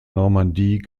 normandie